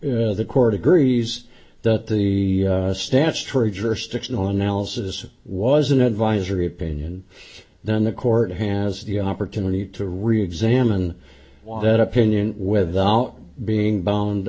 if the court agrees that the statutory jurisdiction on alice's was an advisory opinion then the court has the opportunity to reexamine why that opinion without being bound